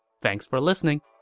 thanks for listening!